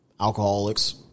alcoholics